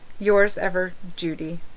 yours ever, judy